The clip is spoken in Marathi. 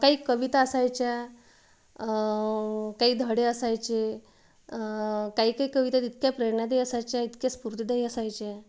काही कविता असायच्या काही धडे असायचे काही काही कविता तर इतक्या प्रेरणादायी असायच्या इतक्या स्फूर्तीदायी असायच्या